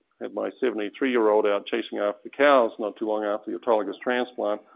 had my seventy three year old out chasing off the cows not too long after the autologous transplant.